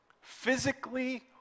physically